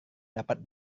dapat